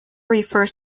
refers